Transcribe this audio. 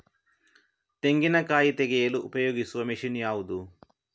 ತೆಂಗಿನಕಾಯಿ ತೆಗೆಯಲು ಉಪಯೋಗಿಸುವ ಮಷೀನ್ ಯಾವುದು?